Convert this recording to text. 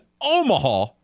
Omaha